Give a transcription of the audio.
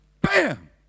bam